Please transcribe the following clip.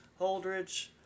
Holdridge